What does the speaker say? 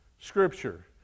scripture